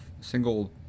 single